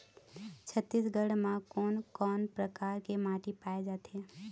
छत्तीसगढ़ म कोन कौन प्रकार के माटी पाए जाथे?